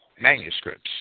manuscripts